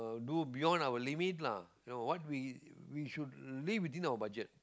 do beyond our limit lah you know what we we should live within our budget